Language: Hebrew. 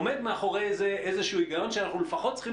עומד מאחורי זה איזשהו היגיון שאנחנו לפחות צריכים